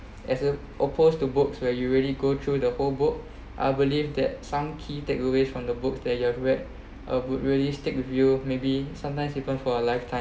as opposed to books where you really go through the whole book I believe that some key takeaways from the book that you've read a book really stick with you maybe sometimes even for a lifetime